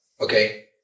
okay